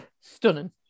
stunning